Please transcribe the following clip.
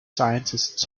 scientists